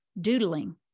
doodling